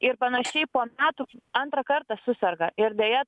ir panašiai po metų antrą kartą suserga ir deja